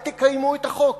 אל תקיימו את החוק.